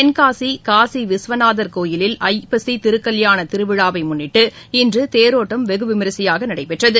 தென்காசி காசி விஸ்வநாதர் கோவிலில் ஐப்பசி திருக்கல்யாண திருவிழாவை முன்னிட்டு இன்று தேரோட்டம் வெகுவிமரிசையாக நடடபெற்றது